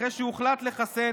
אחרי שהוחלט לחסן